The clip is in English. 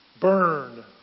burn